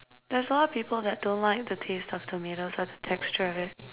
there's a lot of people that don't like the taste of tomatoes or texture of it